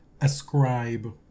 ascribe